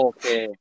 Okay